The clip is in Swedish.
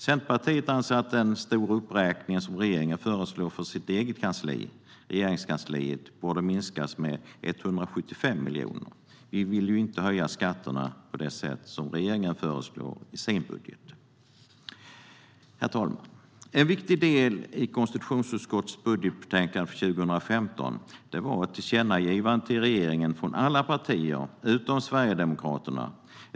Centerpartiet anser att den stora uppräkning som regeringen föreslår för sitt eget kansli, Regeringskansliet, borde minskas med 175 miljoner. Vi vill ju inte höja skatterna på det sätt som regeringen föreslår i sin budget. Herr talman! En viktig del i konstitutionsutskottets budgetbetänkande för 2015 var ett tillkännagivande till regeringen, från alla partier utom Sverigedemokraterna.